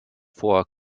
vor